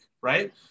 right